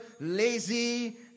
lazy